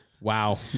Wow